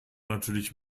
natürlich